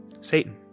Satan